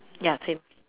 ya same